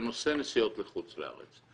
בנושא נסיעות לחוץ לארץ,